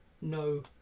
no